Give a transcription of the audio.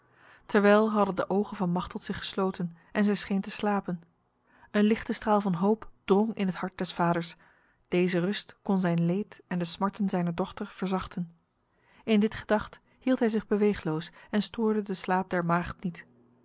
terwijl hadden de ogen van machteld zich gesloten en zij scheen te slapen een lichte straal van hoop drong in het hart des vaders deze rust kon zijn leed en de smarten zijner dochter verzachten in dit gedacht hield hij zich beweegloos en stoorde de slaap der maagd niet